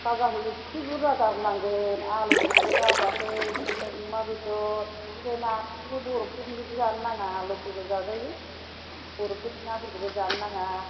खाजाखौ एसे बुरजा गारनांगोन आलुफोरखौबो दाजासै बिदिनो अमा बेदर बिनिफ्राय नाखौबो बरफफोरनिखौ जानो नाङा लकेल खौ जाजायो बरफफोरनि नाफोरखौबो जानो नाङा